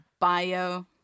Bio